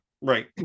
Right